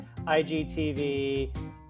IGTV